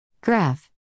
Graph